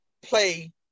play